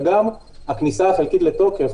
וגם הכניסה החלקית לתוקף,